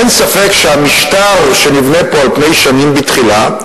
אין ספק שהמשטר שנבנה פה על פני שנים בתחילה,